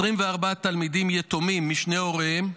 24 תלמידים יתומים משני הוריהם,